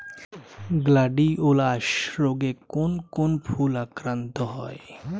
Gladiolus রোগে কোন কোন ফুল আক্রান্ত হয়?